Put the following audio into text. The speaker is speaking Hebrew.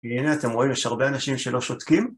כי הנה אתם רואים, יש הרבה אנשים שלא שותקים.